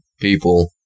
people